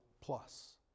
plus